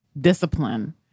discipline